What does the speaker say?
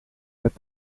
met